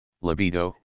libido